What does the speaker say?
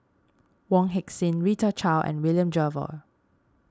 Wong Heck Sing Rita Chao and William Jervois